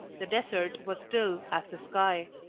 the desert was still as the sky.